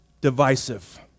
divisive